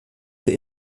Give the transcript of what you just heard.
für